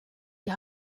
die